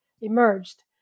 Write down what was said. emerged